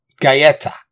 Gaeta